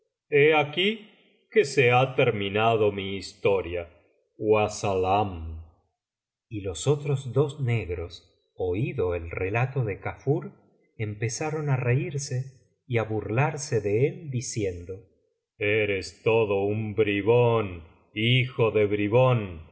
aquí que se ha terminado mi historia iuassalam y los otros dos negros oído el relato de kafur empezaron á reírse y á burlarse de él diciendo eres todo un bribón hijo de bribón